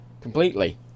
Completely